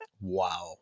Wow